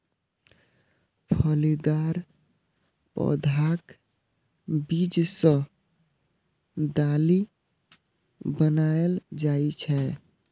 फलीदार पौधाक बीज सं दालि बनाएल जाइ छै